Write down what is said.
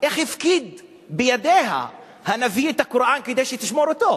איך הפקיד בידיה הנביא כדי שתשמור אותו?